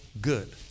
good